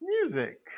music